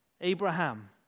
Abraham